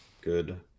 Good